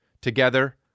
together